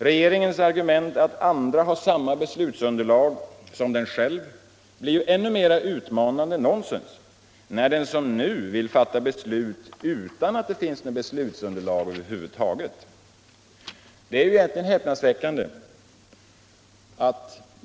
Regeringens argument att andra har samma beslutsunderlag som den själv blir än mer utmanande nonsens när den som nu vill fatta beslut utan att det finns något beslutsunderlag över huvud taget. Det är egentligen häpnadsväckande!